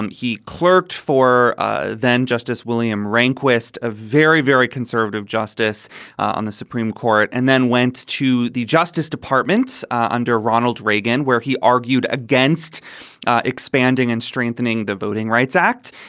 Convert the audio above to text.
um he clerked for ah then justice william rehnquist, a very, very conservative justice on the supreme court, and then went to the justice department under ronald reagan, where he argued against expanding and strengthening the voting rights act,